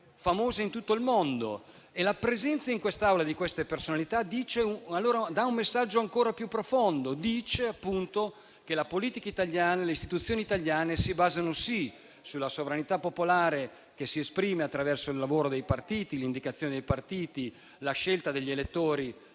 La presenza in quest'Aula di tali personalità trasmette un messaggio ancora più profondo: dice appunto che la politica italiana e le istituzioni italiane si basano, sì, sulla sovranità popolare, che si esprime attraverso il lavoro e l'indicazione dei partiti e la scelta degli elettori